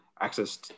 access